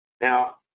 Now